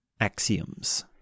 axioms